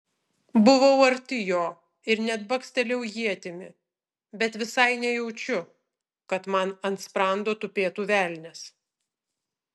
buvau arti jo ir net bakstelėjau ietimi bet visai nejaučiu kad man ant sprando tupėtų velnias